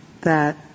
that-